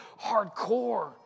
hardcore